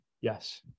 yes